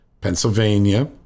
Pennsylvania